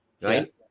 right